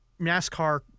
NASCAR